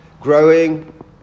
growing